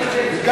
אז אתה יכול,